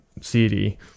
CD